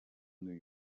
new